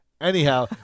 anyhow